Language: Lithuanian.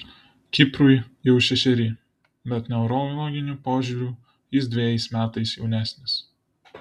kiprui jau šešeri bet neurologiniu požiūriu jis dvejais metais jaunesnis